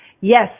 yes